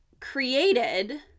created